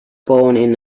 born